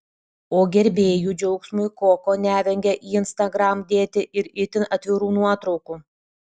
o gerbėjų džiaugsmui koko nevengia į instagram dėti ir itin atvirų nuotraukų